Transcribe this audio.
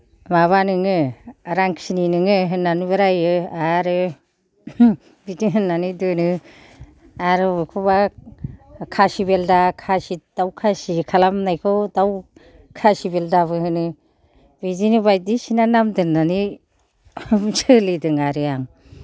माबा नोङो रांखिनि नोङो होननानैबो रायो आरो बिदि होनानै दोनो आरो बबेखौबा खासिबेलदा खासि दाव खासि खालामनायखौ दाव खासि बेलदाबो होनो बिदिनो बायदिसिना नाम दोननानै सोलिदों आरो आं